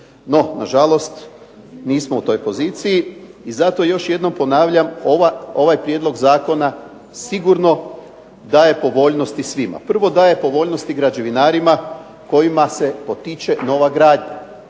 No nažalost nismo u toj poziciji. I zato još jednom ponavljam, ovaj prijedlog zakona sigurno daje povoljnosti svima. Prvo daje povoljnosti građevinarima kojima se potiče nova gradnja.